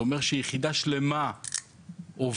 זה אומר שיחידה שלמה עובדת,